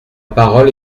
parole